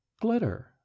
Glitter